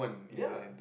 ya